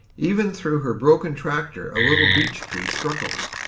even through her broken tractor a little beech tree struggles.